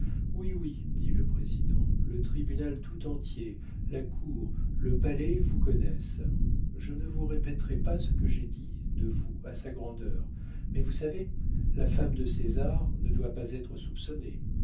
oui oui dit le président le tribunal tout entier la cour le palais vous connaissent je ne vous répéterai pas ce que j'ai dit de vous à sa grandeur mais vous savez la femme de césar ne doit pas être soupçonnée